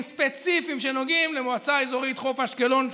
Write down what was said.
ספציפיים שנוגעים למועצה האזורית חוף אשקלון,